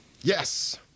Yes